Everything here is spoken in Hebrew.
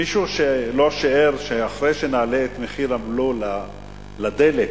מישהו שיער שאחרי שנעלה את הבלו על הדלק